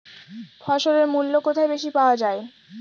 ফসলের মূল্য কোথায় বেশি পাওয়া যায়?